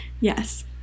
Yes